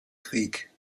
creek